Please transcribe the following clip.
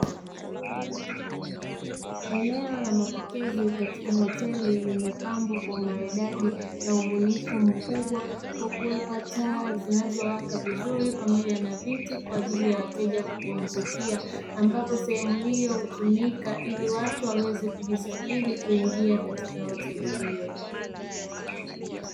Eneo la mapokezi katika hoteli limepambwa kwa umaridadi na ubunifu mkubwa kwa kuwekwa taa zinazowaka vizuri pamoja na viti kwa ajili ya wateja kupumzikia ambapo sehemu io hutumuika ili watu waweze kujisajili kuingia katika hoteli hiyo.